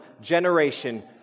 generation